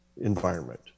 environment